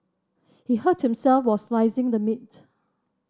he hurt himself while slicing the meat